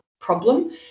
problem